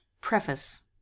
Preface